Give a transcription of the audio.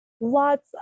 lots